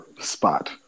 spot